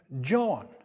John